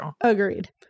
agreed